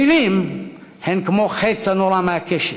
מילים הן כמו חץ הנורה מקשת,